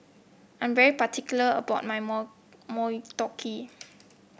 I am very particular about my Motoyaki